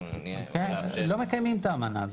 לא מקיימים את האמנה.